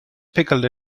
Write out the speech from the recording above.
pickled